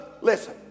listen